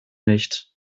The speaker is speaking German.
nicht